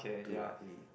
to like